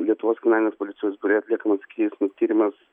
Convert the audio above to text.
lietuvos kriminalinės policijos biure atliekamas ikiteisminis tyrimas